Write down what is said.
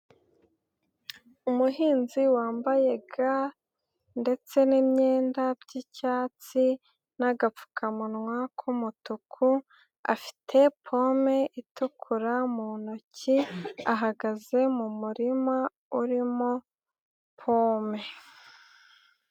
Umuhinzi wambaye ga ndetse n'imyenda by'icyatsi n'agapfukamunwa k'umutuku afite pome itukura mu ntoki, ahagaze mu murima urimo pome.